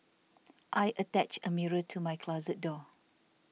I attached a mirror to my closet door